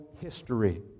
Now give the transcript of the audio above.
history